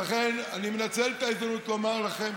ולכן אני מנצל את ההזדמנות לומר לכם,